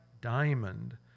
diamond